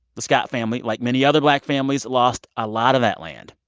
the scott family, like many other black families, lost a lot of that land,